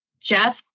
Jeff